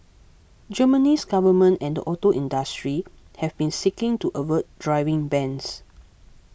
Germany's government and the auto industry have been seeking to avert driving bans